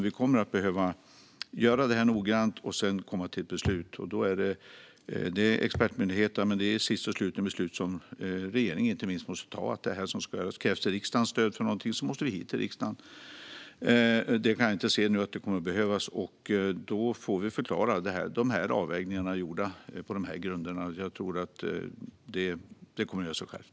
Vi kommer att behöva göra detta noggrant och sedan komma till ett beslut. Vi har expertmyndigheter, men sist och slutligen är det beslut som riksdagen måste fatta. Om riksdagens stöd krävs för något måste vi komma hit, men jag kan inte se nu att det kommer att behövas. Vi kommer att få förklara vilka avvägningar som gjorts och på vilka grunder. Jag tror att det kommer att ge sig självt.